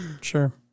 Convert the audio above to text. Sure